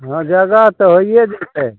हँ जगह तऽ होइये जैतै